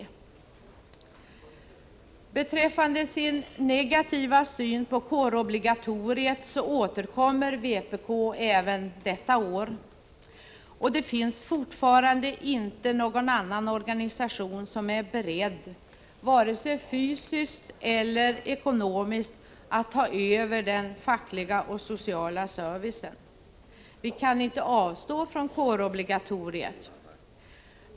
Vpk återkommer även detta år med sin negativa syn på kårobligatoriet. Det finns fortfarande inte någon annan organisation som är beredd att vare sig fysiskt eller ekonomiskt ta över denna fackliga och sociala service. Vi kan inte avstå från kårobligatoriet.